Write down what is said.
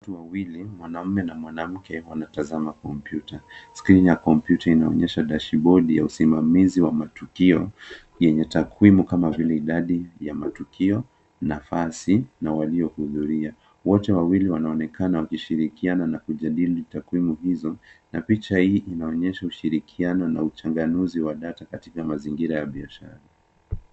Watu wawili mwanaume na mwanamke wanatazama kompyuta, skrini ya kompyuta inaonyesha dashibodi ya usimamizi wa matukio yenye takwimu kama vile idadi ya matukio, nafasi na waliohudhuria. Wote wawili wanaonekana wakishirikiana na kujadili takwimu hizo na picha hii inaonyesha ushirikiano na uchanganuzi wa data katika mazingira ya baishara.